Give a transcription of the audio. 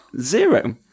Zero